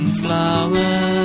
flowers